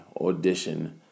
audition